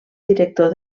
director